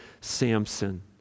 Samson